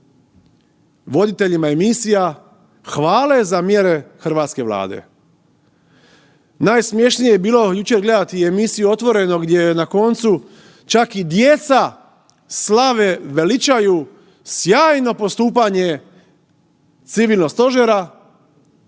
voditeljima emisija hvale za mjere hrvatske Vlade. Najsmješnije je bilo jučer gledati emisiju „Otvoreno“ gdje je na koncu čak i djeca slave veličaju sjajno postupanje Civilnog stožera